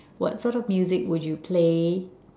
what sort of music would you play